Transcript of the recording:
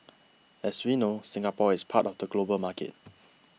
as we know Singapore is part of the global market